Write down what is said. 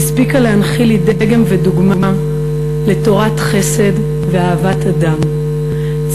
הספיקה להנחיל לי דגם ודוגמה לתורת חסד ואהבת אדם,